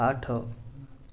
ଆଠ